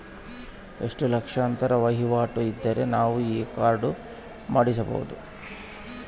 ಎಷ್ಟು ಲಕ್ಷಾಂತರ ವಹಿವಾಟು ಇದ್ದರೆ ನಾವು ಈ ಕಾರ್ಡ್ ಮಾಡಿಸಬಹುದು?